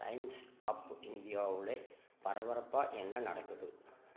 times of இந்தியாவில் பரபரப்பாக என்ன நடக்குது